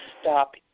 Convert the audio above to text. stop